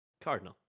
Cardinal